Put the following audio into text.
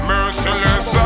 Merciless